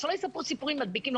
אז שלא יספרו סיפורים על מדביקים או